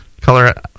color